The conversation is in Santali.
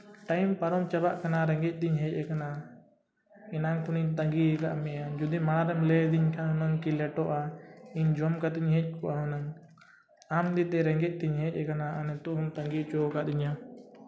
ᱴᱟᱭᱤᱢ ᱯᱟᱨᱚᱢ ᱪᱟᱵᱚᱜ ᱨᱮᱸᱜᱮᱡ ᱛᱤᱧ ᱦᱮᱡ ᱠᱟᱱᱟ ᱮᱱᱟᱝ ᱠᱷᱚᱱᱤᱧ ᱛᱟᱹᱜᱤ ᱠᱟᱫ ᱢᱮᱭᱟ ᱡᱩᱫᱤ ᱢᱟᱲᱟᱝ ᱨᱮᱢ ᱞᱟᱹᱭ ᱟᱹᱞᱤᱧ ᱠᱷᱟᱱ ᱞᱮᱴᱚᱜᱼᱟ ᱤᱧ ᱡᱚᱢ ᱠᱟᱛᱮ ᱤᱧ ᱦᱮᱡ ᱠᱚᱜᱼᱟ ᱦᱩᱱᱟᱹᱝ ᱟᱢ ᱤᱫᱤ ᱨᱮᱸᱜᱮᱡ ᱛᱤᱧ ᱦᱮᱡ ᱠᱟᱱᱟ ᱱᱤᱛᱚᱜ ᱦᱚᱸᱢ ᱛᱟᱹᱜᱤ ᱦᱚᱪᱚ ᱠᱟᱹᱫᱤᱧᱟ